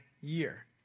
year